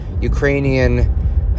Ukrainian